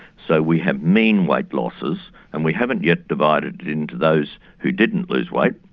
so we have mean weight losses and we haven't yet divided into those who didn't lose weight,